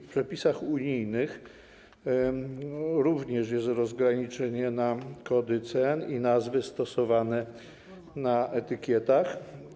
W przepisach unijnych również jest rozgraniczenie na kody CN i nazwy stosowane na etykietach.